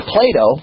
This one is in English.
Plato